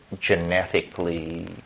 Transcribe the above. genetically